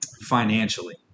financially